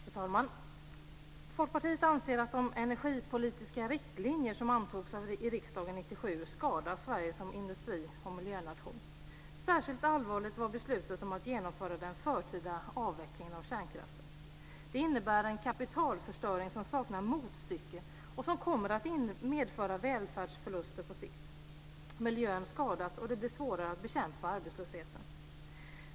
Fru talman! Folkpartiet anser att de energipolitiska riktlinjer som antogs i riksdagen 1997 skadar Sverige som industri och miljönation. Särskilt allvarligt var beslutet att genomföra den förtida avvecklingen av kärnkraften. Det innebär en kapitalförstöring som saknar motstycke och som kommer att medföra välfärdsförluster på sikt. Miljön skadas, och det blir svårare att bekämpa arbetslösheten.